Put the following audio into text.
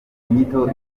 inyito